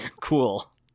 cool